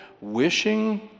wishing